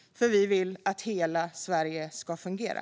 Vi vill att hela Sverige ska fungera.